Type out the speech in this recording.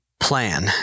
plan